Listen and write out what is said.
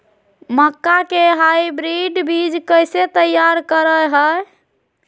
मक्का के हाइब्रिड बीज कैसे तैयार करय हैय?